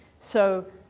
so,